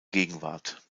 gegenwart